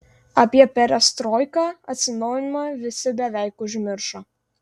apie perestroiką atsinaujinimą visi beveik užmiršo